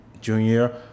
junior